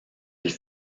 elle